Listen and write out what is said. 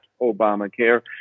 Obamacare